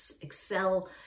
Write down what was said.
excel